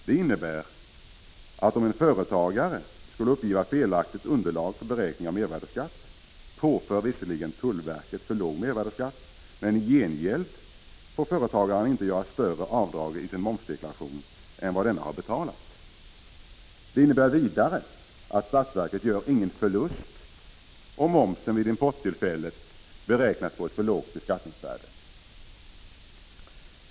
Det innebär att om en företagare skulle uppge felaktigt underlag för beräkning av mervärdesskatt påför visserligen tullverket för låg mervärdeskatt, men i gengäld får företagaren inte göra större avdrag i sin momsdeklaration än för det belopp som denne har betalat. Det innebär vidare att statsverket inte gör någon förlust om momsen vid importtillfället beräknas på ett för lågt beskattningsvärde.